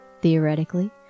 Theoretically